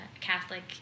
Catholic